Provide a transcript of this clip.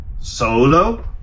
Solo